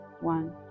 one